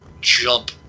jump